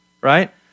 right